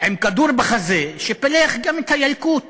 עם כדור בחזה, שפילח גם את הילקוט